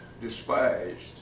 despised